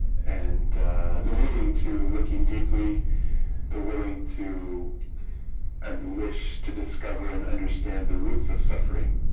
and leading to looking deeply the willing to unwish to discover and understand the roots of suffering